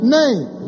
name